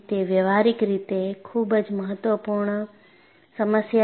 તે વ્યવહારીક રીતે ખૂબ જ મહત્વપૂર્ણ સમસ્યા છે